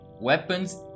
weapons